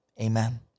Amen